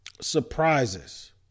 Surprises